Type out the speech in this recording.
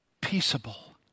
peaceable